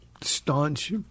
staunch